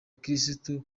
kristo